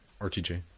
RTJ